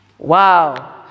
Wow